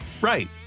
Right